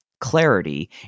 clarity